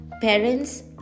parents